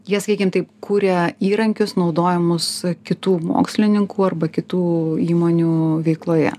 jie sakykim taip kuria įrankius naudojamus kitų mokslininkų arba kitų įmonių veikloje